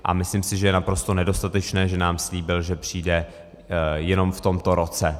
A myslím si, že je naprosto nedostatečné, že nám slíbil, že přijde jenom v tomto roce.